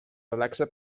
relaxa